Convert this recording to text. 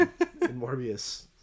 Morbius